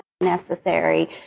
necessary